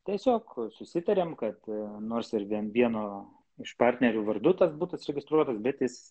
tiesiog susitariam kad nors ir ten vieno iš partnerių vardu tas butas registruotas bet jis